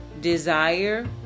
desire